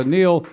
Neil